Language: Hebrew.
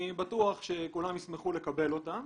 אני בטוח שכולם ישמחו לקבל אותם,